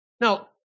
Now